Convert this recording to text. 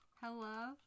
Hello